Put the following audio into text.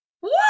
whoa